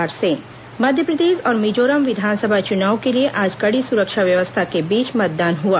मध्यप्रदेश च्नाव मध्यप्रदेश और मिजोरम विधानसभा चुनाव के लिए आज कड़ी सुरक्षा व्यवस्था के बीच मतदान हुआ